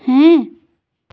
ᱦᱮᱸ